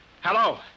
Hello